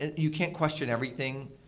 and you can't question everything.